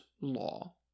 law